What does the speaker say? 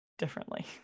Differently